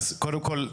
אז קודם כל,